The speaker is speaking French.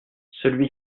celui